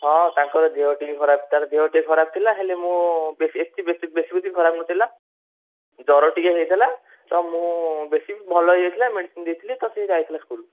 ହଁ ତାଙ୍କର ଦେହ ଟିକିଏ ଖରାପ୍ ତାର ଦେହ ଟିକିଏ ଖରାପ୍ ଥିଲା ହେଲେ ମୁଁ ବେଶୀ ଏତେ ବେଶୀ ବେଶୀ ଖରାପ୍ ନଥିଲା ଜ୍ୱର ଟିକିଏ ହେଇଥିଲା ତ ମୁଁ ବେଶୀ ଭଲ ହେଇ ଯାଇଥିଲା ମେଡ଼ିସିନ୍ ଦେଇଥିଲି ତ ସେ ଯାଇଥିଲେ ସ୍କୁଲ୍